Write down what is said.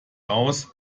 aus